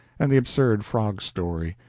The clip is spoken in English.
and the absurd frog story,